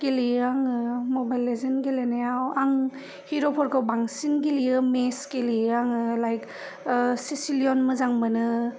गेलेयो आङो मबाइल लेजेन गेलेनायाव आं हिर'फोरखौ बांसिन गेलेयो मेस गेलेयो आङो लाएक सिसिलियन मोजां मोनो